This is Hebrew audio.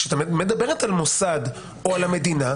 כשאת מדברת על מוסד או על מדינה,